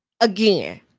Again